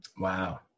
Wow